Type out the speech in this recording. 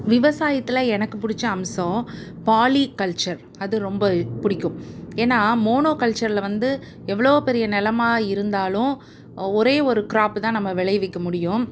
விவசாயத்தில் எனக்கு பிடிச்ச அம்சம் பாலிகல்ச்சர் அது ரொம்ப பிடிக்கும் ஏன்னா மோனோகல்ச்சரில் வந்து எவ்வளோ பெரிய நிலமா இருந்தாலும் ஒரே ஒரு கிராப்பு தான் நம்ம விளைவிக்க முடியும்